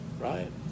right